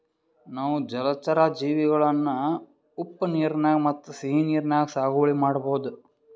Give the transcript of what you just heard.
ನಾವ್ ಜಲಚರಾ ಜೀವಿಗಳನ್ನ ಉಪ್ಪ್ ನೀರಾಗ್ ಮತ್ತ್ ಸಿಹಿ ನೀರಾಗ್ ಸಾಗುವಳಿ ಮಾಡಬಹುದ್